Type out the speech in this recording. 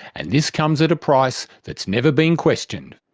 and this comes at a price that's never been questioned.